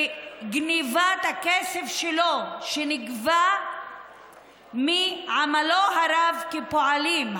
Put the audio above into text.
בגנבת הכסף שלו, שנגבה מעמלו הרב כפועלים.